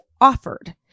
offered